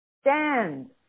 Stand